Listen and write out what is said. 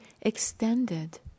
extended